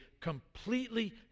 completely